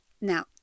Now